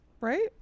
right